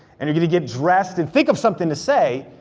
and you're gonna get dressed and think of something to say,